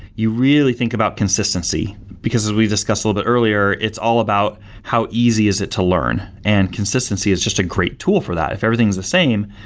you really think about consistency, because as we've discussed a little but earlier, it's all about how easy is it to learn and consistency is just a great tool for that. if everything is the same,